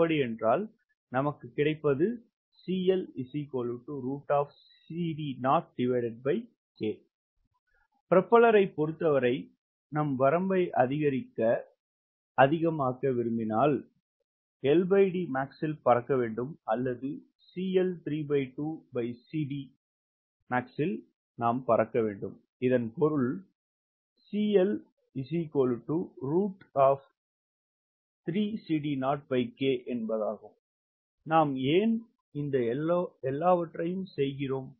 அப்படி என்றால் புரோப்பல்லரைப் பொறுத்தவரை நாம் வரம்பை அதிகரிக்க விரும்பினால் LDmax இல் பறக்க வேண்டும் அல்லது அதிகபட்சம் இதன் பொருள் நாம் ஏன் இந்த எல்லாவற்றையும் செய்கிறோம்